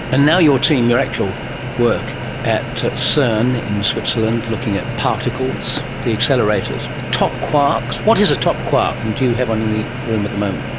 and now your team, your actual work at cern in switzerland, looking at particles, the accelerators, top quarks, what is a top quark and do you have one in the room at the moment?